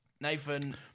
Nathan